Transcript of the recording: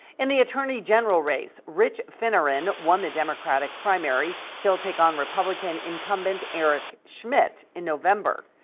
and the attorney general race rich finner and won the democratic primary he'll take on republican incumbent eric schmidt in november.